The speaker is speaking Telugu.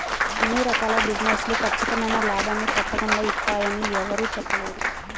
అన్ని రకాల బిజినెస్ లు ఖచ్చితమైన లాభాల్ని తప్పకుండా ఇత్తయ్యని యెవ్వరూ చెప్పలేరు